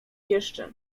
jeszcze